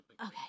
okay